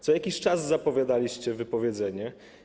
Co jakiś czas zapowiadaliście wypowiedzenie.